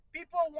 People